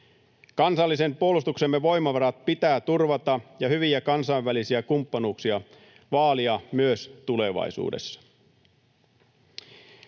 Kansallisen puolustuksemme voimavarat pitää turvata ja hyviä kansainvälisiä kumppanuuksia vaalia myös tulevaisuudessa.